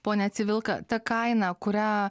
pone civilka ta kaina kurią